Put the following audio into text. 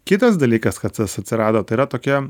kitas dalykas kad tas atsirado tai yra tokia